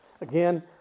Again